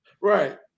Right